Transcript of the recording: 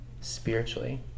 Spiritually